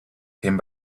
came